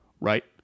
right